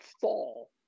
fall